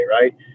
right